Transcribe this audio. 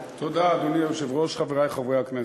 אדוני היושב-ראש, תודה, חברי חברי הכנסת,